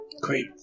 Great